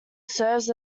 serves